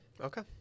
Okay